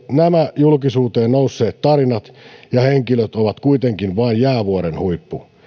nämä julkisuuteen nousseet tarinat ja henkilöt ovat kuitenkin vain jäävuorenhuippu